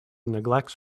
neglects